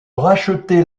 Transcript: racheter